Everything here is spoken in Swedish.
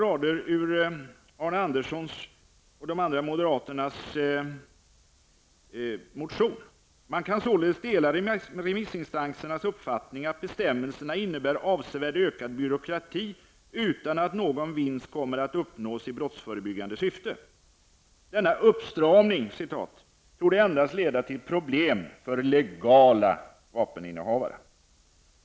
I motionen står det: ''Man kan således dela remissinstanserna uppfattning att bestämmelserna innebär avsevärt ökad byråkrati utan att någon vinst kommer att uppnås i brottsförebyggande syfte. Denna 'uppstramning' torde endast leda till problem för legala vapeninnehavare.